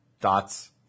Dots